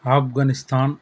Afghanistan